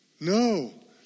No